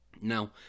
Now